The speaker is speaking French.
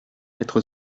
être